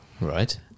Right